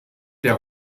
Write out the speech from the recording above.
der